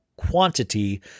Quantity